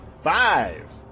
five